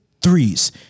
threes